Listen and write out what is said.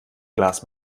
glas